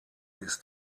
ist